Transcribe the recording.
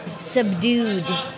subdued